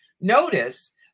Notice